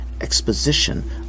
exposition